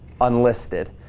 unlisted